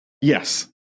Yes